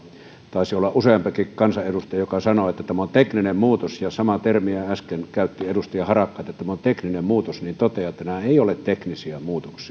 taisi olla useampikin kansanedustaja joka sanoi että tämä on tekninen muutos ja kun samaa termiä äsken käytti edustaja harakka että tämä on tekninen muutos niin totean että nämä eivät ole teknisiä muutoksia